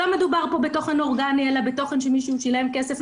שלא מדובר פה בתוכן אורגני אלא בתוכן שמישהו שילם כסף,